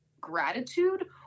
gratitude